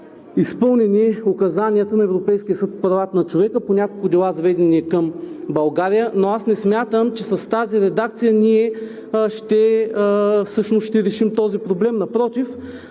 изпълнени указанията на Европейския съд по правата на човека по няколко дела, заведени към България, но аз не смятам, че с тази редакция ние всъщност ще решим този проблем. Напротив,